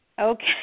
Okay